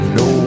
no